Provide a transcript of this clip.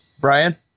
brian